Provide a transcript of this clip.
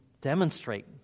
demonstrate